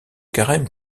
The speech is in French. carême